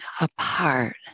apart